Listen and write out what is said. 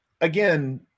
again